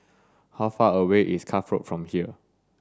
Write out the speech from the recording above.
how far away is Cuff Road from here